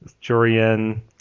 Jorian